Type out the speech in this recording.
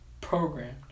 programmed